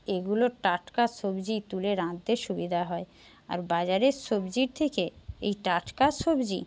এগুলো টাটকা সবজি তুলে রাঁধতে সুবিধা হয় আর বাজারের সবজির থেকে এই টাটকা সবজি